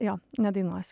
jo nedainuosiu